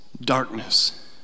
darkness